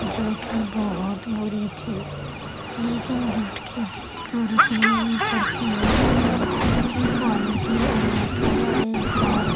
جو کہ بہت بری تھی لیکن گفٹ کی چیز تو رکھنی ہی پڑتی ہے اس کی کوالٹی اللہ توبہ ایک بار